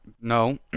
No